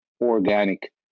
organic